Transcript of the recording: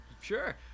Sure